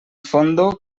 fondo